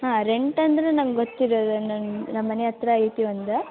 ಹಾಂ ರೆಂಟ್ ಅಂದರೆ ನಂಗೊತ್ತಿರೋದೇ ನನ್ನ ನಮ್ಮ ಮನೆ ಹತ್ರ ಐತಿ ಒಂದು